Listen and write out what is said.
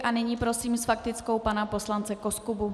A nyní prosím s faktickou pana poslance Koskubu.